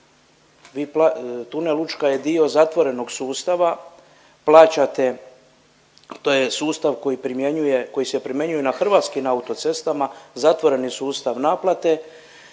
tunel Učka je dio zatvorenog sustava, plaćate, to je sustav koji primjenjuje, koji se primjenjuje na Hrvatskim autocestama, zatvoreni sustav naplate